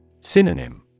Synonym